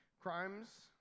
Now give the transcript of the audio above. crimes